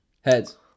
Heads